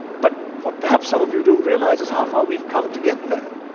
but, what perhaps some of you don't realize is how far we've come to get there.